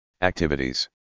activities